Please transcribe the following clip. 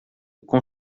com